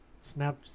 snap